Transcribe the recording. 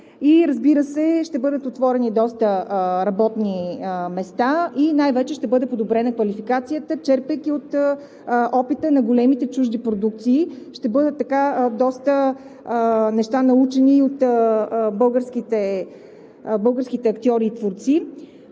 разбира се, ще бъдат отворени доста работни места и най-вече ще бъде подобрена квалификацията – черпейки от опита на големите чужди продукции, доста неща ще бъдат научени от българските актьори и творци.